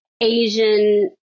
Asian